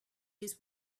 his